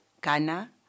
Ghana